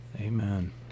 amen